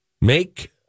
Make